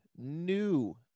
new